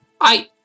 I-